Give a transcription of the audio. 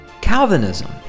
Calvinism